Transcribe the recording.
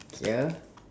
K ah